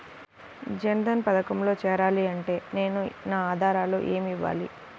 జన్ధన్ పథకంలో చేరాలి అంటే నేను నా ఆధారాలు ఏమి ఇవ్వాలి?